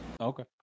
okay